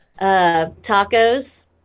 Tacos